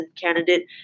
candidate